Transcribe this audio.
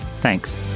Thanks